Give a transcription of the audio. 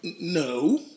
no